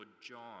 John